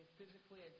physically